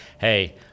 hey